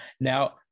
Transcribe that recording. now